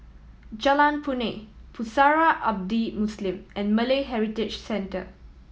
Jalan Punai Pusara Abadi Muslim and Malay Heritage Centre